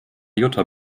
jutta